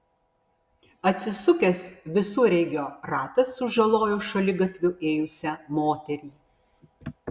atsisukęs visureigio ratas sužalojo šaligatviu ėjusią moterį